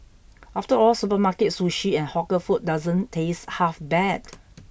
after all supermarket Sushi and hawker food doesn't taste half bad